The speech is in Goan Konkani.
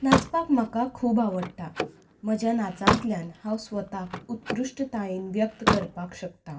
नाचपाक म्हाका खूब आवडटा म्हज्या नाचांतल्यान हांव स्वताक उत्कृश्टतायेन व्यक्त करपाक शकतां